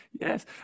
yes